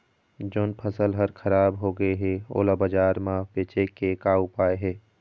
जोन फसल हर खराब हो गे हे, ओला बाजार म बेचे के का ऊपाय हे?